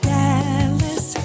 Dallas